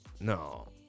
No